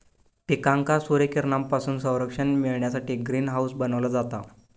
पिकांका सूर्यकिरणांपासून संरक्षण मिळण्यासाठी ग्रीन हाऊस बनवला जाता